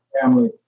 family